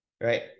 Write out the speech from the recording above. right